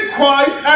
Christ